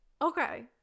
okay